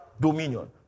Dominion